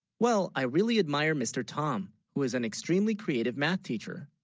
well i really, admire mr. tom who is an extremely creative math teacher